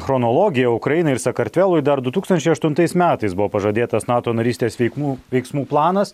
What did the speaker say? chronologiją ukrainai ir sakartvelui dar du tūkstančiai aštuntais metais buvo pažadėtas nato narystės veiksmų veiksmų planas